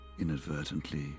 inadvertently